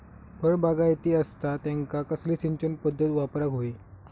फळबागायती असता त्यांका कसली सिंचन पदधत वापराक होई?